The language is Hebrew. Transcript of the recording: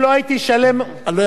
מהשפעתך, גם.